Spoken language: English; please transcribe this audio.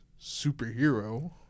superhero